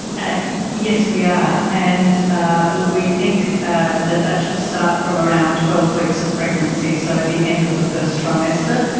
ah yeah yes, we are, and ah we think ah that that should start from around twelve weeks of pregnancy, so the end of the first trimester,